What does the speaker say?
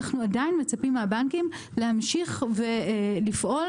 אנחנו מצפים מהבנקים להמשיך ולפעול,